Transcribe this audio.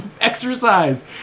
exercise